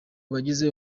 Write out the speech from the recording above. bagize